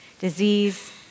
Disease